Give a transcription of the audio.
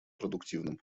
продуктивным